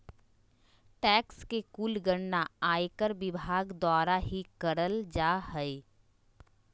tax के कुल गणना आयकर विभाग द्वारा ही करल जा हय